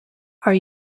are